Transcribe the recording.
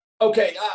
Okay